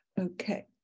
Okay